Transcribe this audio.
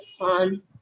on